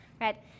right